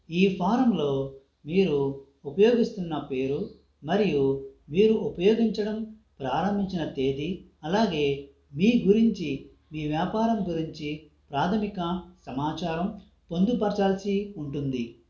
ఈ ఫారంలో మీరు ఉపయోగిస్తున్న పేరు మరియు మీరు ఉపయోగించడం ప్రారంభించిన తేదీ అలాగే మీ గురించి మీ వ్యాపారం గురించి ప్రాథమిక సమాచారం పొందుపరచాల్సి ఉంటుంది